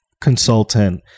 consultant